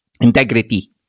integrity